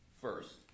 first